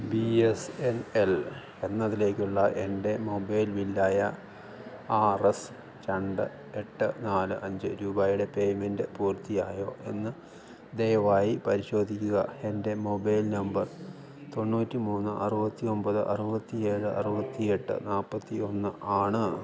B S N L എന്നതിലേക്കുള്ള എൻ്റെ mobile ബില്ലായ ആർ എസ് രണ്ട് എട്ട് നാല് അഞ്ച് രൂപയുടെ പേയ്മെൻ്റ് പൂർത്തിയായോ എന്ന് ദയവായി പരിശോധിക്കുക എൻ്റെ മൊബൈൽ നമ്പർ തൊണ്ണൂറ്റി മൂന്ന് അറുപത്തി ഒമ്പത് അറുപത്തി ഏഴ് അറുവത്തി എട്ട് നാൽപ്പത്തി ഒന്ന് ആണ്